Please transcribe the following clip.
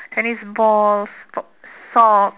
tennis balls sock socks